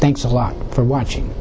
thanks a lot for watching